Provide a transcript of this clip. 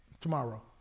Tomorrow